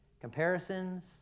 comparisons